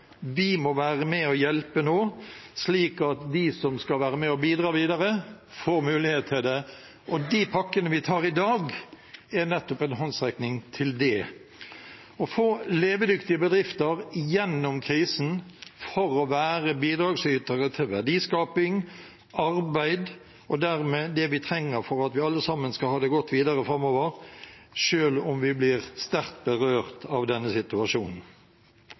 Vi må være med og hjelpe nå, slik at de som skal være med og bidra videre, får mulighet til det. Og de pakkene vi vedtar i dag, er nettopp en håndsrekning til det – å få levedyktige bedrifter gjennom krisen for å være bidragsytere til verdiskaping, arbeid og dermed det vi trenger for at vi alle sammen skal ha det godt videre framover, selv om vi blir sterkt berørt av denne situasjonen.